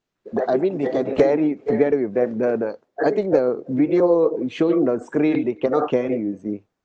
that I mean they can carry together with them the the I think the video showing the screen they cannot carry you see